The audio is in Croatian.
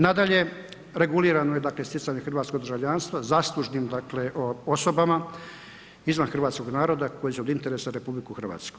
Nadalje, regulirano je dakle stjecanje hrvatskog državljanstva zaslužnim osobama izvan hrvatskog naroda koje su od interesa za RH.